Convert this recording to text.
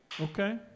Okay